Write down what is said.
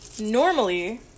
Normally